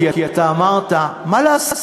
כי אתה אמרת: מה לעשות,